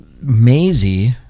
Maisie